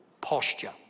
posture